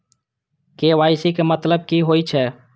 KYC के मतलब की होई छै?